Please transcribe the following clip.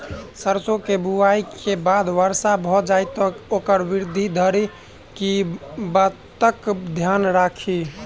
सैरसो केँ बुआई केँ बाद वर्षा भऽ जाय तऽ ओकर वृद्धि धरि की बातक ध्यान राखि?